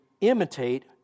imitate